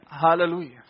Hallelujah